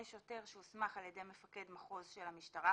שוטר שהוסמך על ידי מפקד מחוז של המשטרה: